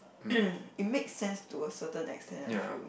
it makes sense to a certain extent I feel